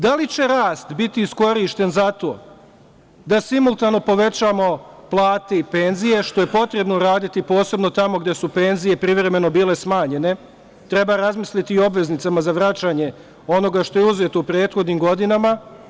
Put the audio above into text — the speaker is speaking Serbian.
Da li će rast biti iskorišćen za to da simultano povećamo plate i penzije, što je potrebno raditi posebno tamo gde su penzije privremeno bile smanjene, treba razmisliti i o obveznicama za vraćanje onoga što je uzeto u prethodnim godinama?